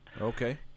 Okay